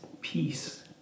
peace